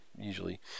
usually